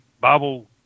Bible